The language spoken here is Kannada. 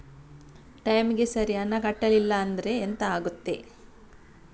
ಟೈಮಿಗೆ ಸರಿ ಹಣ ಕಟ್ಟಲಿಲ್ಲ ಅಂದ್ರೆ ಎಂಥ ಆಗುತ್ತೆ?